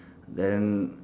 then